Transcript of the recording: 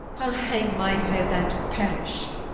ile hang my head, and perish